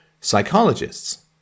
psychologists